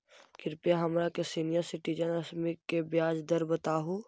कृपा हमरा के सीनियर सिटीजन स्कीम के ब्याज दर बतावहुं